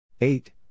Eight